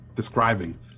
describing